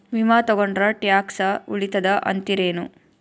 ವಿಮಾ ತೊಗೊಂಡ್ರ ಟ್ಯಾಕ್ಸ ಉಳಿತದ ಅಂತಿರೇನು?